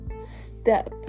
step